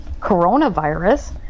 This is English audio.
coronavirus